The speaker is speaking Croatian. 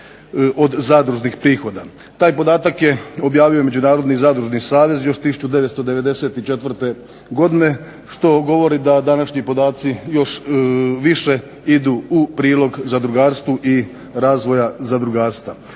od zadružnih prihoda. Taj podatak je objavio Međunarodni zadružni savez još 1994. godine što govori da današnji podaci još više idu u prilog zadrugarstvu i razvoja zadrugarstva.